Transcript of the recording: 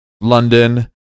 London